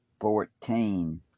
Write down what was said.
fourteen